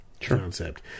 concept